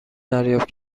دریافت